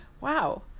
wow